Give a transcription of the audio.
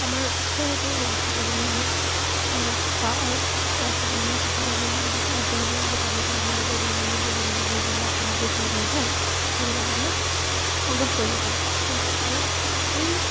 আমাৰ ওচৰতে সেই ৰাস্তা পদূলিসমূহ পাওঁ আৰু সেই ৰাস্তা পদূলিসমূহ কাষতে যিবিলাক দোকান আছে সেইবিলাক দোকানৰ পৰা আমি নিজৰ দৈনন্দিন জীৱনৰ বাবে যিবিলাক সামগ্ৰী প্ৰয়োজন হয় সেইবিলাক আমি সংগ্ৰহ কৰিব পাৰোঁ সেইবাবে আৰু এই